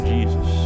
Jesus